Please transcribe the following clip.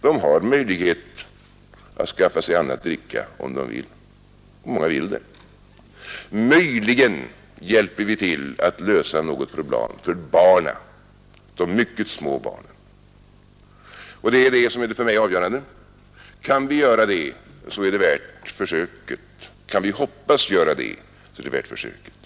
De har möjlighet att skaffa sig annat dricka om de vill, och många vill det. Möjligen hjälper vi till att lösa något problem för barnen — de mycket små barnen. Och det är det som är det för mig avgörande. Kan vi göra det, kan vi hoppas göra det, så är det värt försöket.